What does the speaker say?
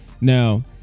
Now